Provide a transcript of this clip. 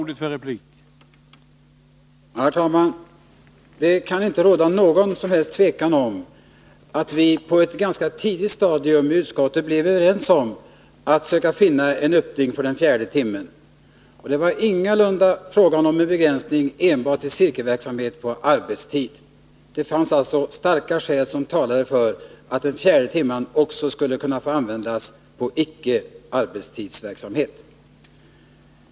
Herr talman! Det kan inte råda något som helst tvivel om att vi inom utskottet på ett ganska tidigt stadium blev överens om att söka finna en öppning för den fjärde studietimmen. Det var ingalunda fråga om en begränsning till enbart cirkelverksamhet på arbetstid. Det fanns starka skäl som talade för att den fjärde timmen också borde kunna användas för studiecirkelverksamhet på icke-arbetstid.